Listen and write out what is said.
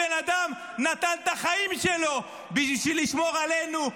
הבן אדם נתן את החיים שלו בשביל לשמור עלינו,